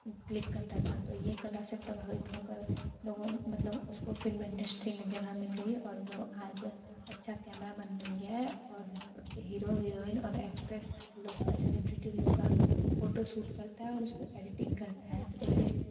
click करता था तो यह कला से प्रभावित होकर लोगों मतलब उसको फ़िल्म इंडस्ट्री में जगह मिल गई और वह आज अच्छा कैमरामन बन गया है और हीरो हीरोइन और एक्ट्रेस लोग का सेलिब्रिटी लोग का फ़ोटोशूट करता है और उसकी एडिटिंग करता है तो ऐसे